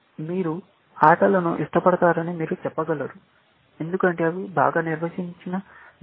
మీరు ఆటలను ఇష్టపడతారని మీరు చెప్పగలరు ఎందుకంటే అవి బాగా నిర్వచించిన నియమాలను కలిగి ఉంటాయి